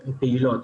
פעילות.